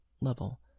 level